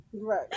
right